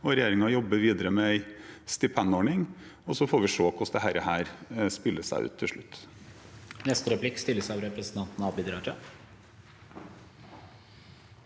regjeringen jobber videre med en stipendordning, og så får vi se hvordan dette spiller seg ut til slutt.